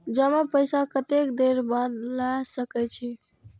जमा पैसा कतेक देर बाद ला सके छी?